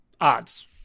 odds